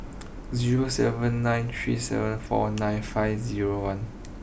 zero seven nine three seven four nine five zero one